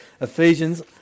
Ephesians